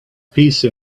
peace